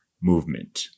movement